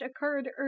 occurred